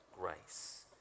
grace